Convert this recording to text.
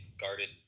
guarded